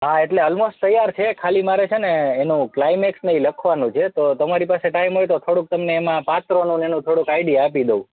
હા એટલે ઓલમોસ્ટ તૈયાર છે ખાલી મારે છે ને એનું ક્લાઇમેક્સ ને એ લખવાનું છે તો તમારી પાસે ટાઈમ હોય તો થોડુંક તમને એમાં પાત્રોનું ને એનું થોડુંક આઇડિયા આપી દઉં